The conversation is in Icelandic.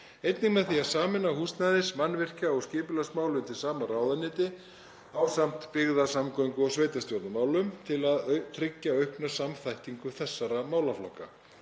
Einnig með því að sameina húsnæðis-, mannvirkja- og skipulagsmál undir sama ráðuneyti ásamt byggða-, samgöngu- og sveitarstjórnarmálum til að tryggja aukna samþættingu þessara málaflokka.